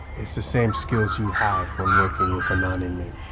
it's the same skills you have when working with a non-inmate,